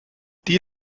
die